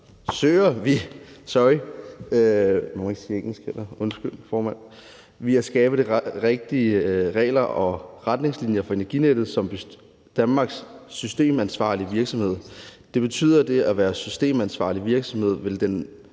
dag, søger vi at skabe de rigtige regler og retningslinjer for Energinet, som er Danmarks systemansvarlige virksomhed. Hvad betyder det at være systemansvarlig virksomhed?